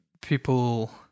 people